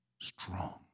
strong